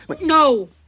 No